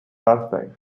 birthday